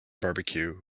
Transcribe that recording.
barbecue